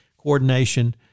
coordination